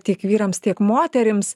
tiek vyrams tiek moterims